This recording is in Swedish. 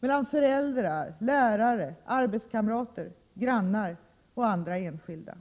—, föräldrar, lärare, arbetskamrater, grannar och andra enskilda.